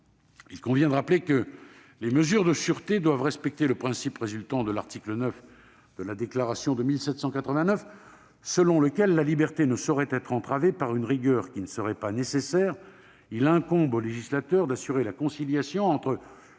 il convient de rappeler que les mesures de sûreté doivent respecter le principe résultant de l'article IX de la Déclaration de 1789, selon lequel la liberté ne saurait être entravée par une rigueur non nécessaire. Il incombe au législateur d'assurer la conciliation entre,